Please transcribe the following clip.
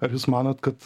ar jūs manot kad